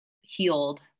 healed